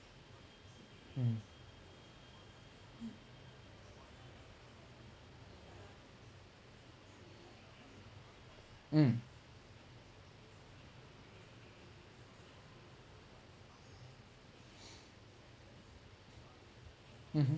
mm mm mmhmm